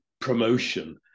promotion